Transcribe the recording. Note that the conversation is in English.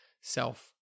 self